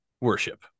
worship